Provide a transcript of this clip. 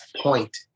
point